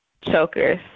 chokers